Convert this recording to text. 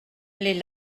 les